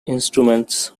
instruments